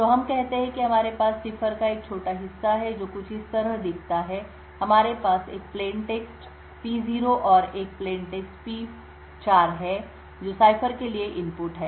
तो हम कहते हैं कि हमारे पास सिफर का एक छोटा हिस्सा है जो कुछ इस तरह दिखता है हमारे पास एक सादा पाठप्लेन टेक्स्ट P 0 और एक सादा पाठप्लेन टेक्स्ट P 4 है जो सिफर के लिए इनपुट है